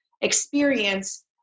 experience